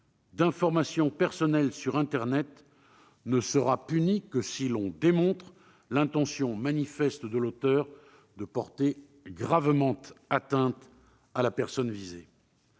d'informations personnelles sur internet ne sera punie que si l'on démontre l'intention manifeste de l'auteur de porter gravement atteinte à la personne visée.